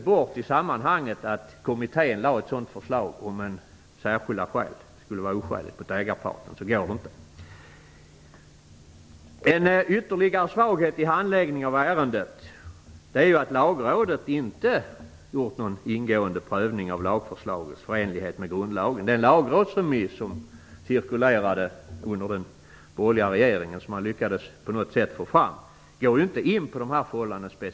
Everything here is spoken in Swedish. Ytterligare en svaghet i handläggningen av ärendet är att Lagrådet inte gjort någon ingående prövning av lagförslagets förenlighet med grundlagen. Den lagrådsremiss som cirkulerade under den borgerliga regeringen och som man på något sätt lyckades få fram går ju inte specifikt in på de här förhållandena.